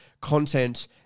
content